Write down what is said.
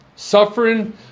Suffering